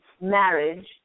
marriage